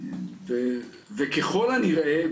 ככל הנראה,